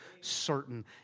certain